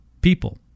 people